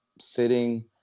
sitting